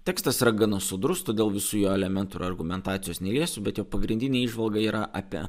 tekstas yra gana sodrus todėl visų jo elementų argumentacijos neliesiu bet jo pagrindinė įžvalga yra apie